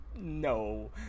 no